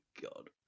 God